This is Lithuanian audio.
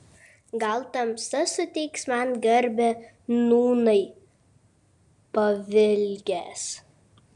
gal tamsta suteiksi man garbę nūnai pavilgęs